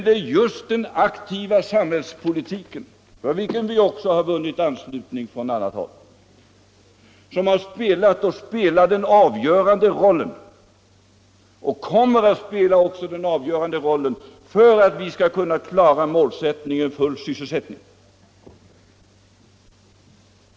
Det är just den aktiva samhällspolitik, för vilken vi också vunnit anslutning från andra håll, som spelar och har spelat den avgörande rollen och som kommer att spela den avgörande rollen i strävandena att klara målsättningen full sysselsättning.